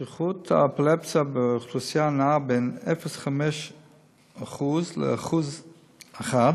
שכיחות האפילפסיה באוכלוסייה נעה בין 0.5% ל-1%,